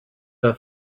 her